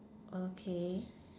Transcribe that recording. okay